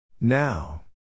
Now